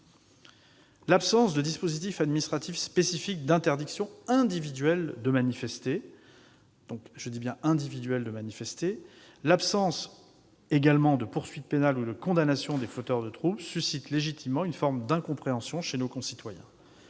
L'absence de dispositif administratif spécifique d'interdiction individuelle de manifester et l'absence de poursuites pénales ou de condamnation des fauteurs de troubles suscitent légitimement une forme d'incompréhension chez nos concitoyens.